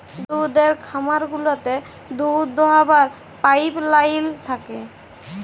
দুহুদের খামার গুলাতে দুহুদ দহাবার পাইপলাইল থ্যাকে